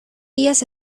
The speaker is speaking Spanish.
días